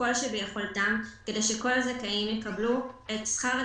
כל שביכולתם כדי שכל הזכאים יקבלו את שכר הדירה.